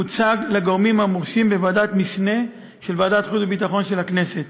הוצגו לגורמים המורשים בוועדת משנה של ועדת החוץ והביטחון של הכנסת.